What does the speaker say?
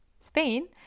Spain